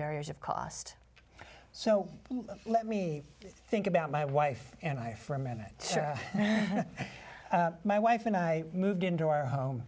barriers of cost so let me think about my wife and i for a minute my wife and i moved into our home